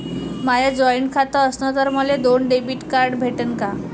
माय joint खातं असन तर मले दोन डेबिट कार्ड भेटन का?